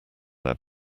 their